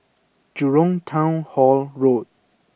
Jurong Town Hall Road